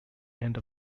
end